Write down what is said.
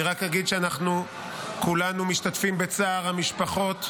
אני רק אגיד שאנחנו כולנו משתתפים בצער המשפחות,